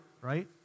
right